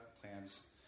plans